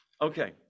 Okay